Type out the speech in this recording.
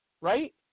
right